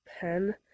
pen